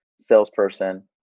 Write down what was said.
salesperson